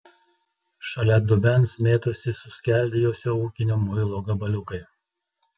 šalia dubens mėtosi suskeldėjusio ūkinio muilo gabaliukai